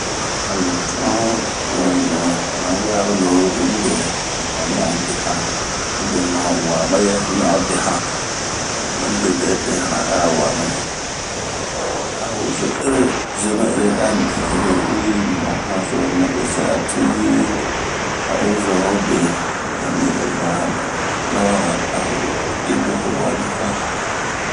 Ani tuuann ,ni tuan yalo mibe onni bɛ de hanna, mi be ma wama yɛɛ mi a de hanna, mi de hanna ,a waa mayɛ, awozo 'ere a ni'ere i maa hanzunsnɛ besinnra tuwii a i zo ho be, mu yɛrɛ laban na a ho idoho wami han.